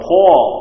Paul